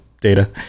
data